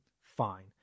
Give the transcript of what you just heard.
fine